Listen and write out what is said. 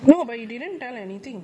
no but you didn't tell anything